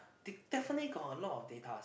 dig definitely got a lot of data's